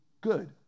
Good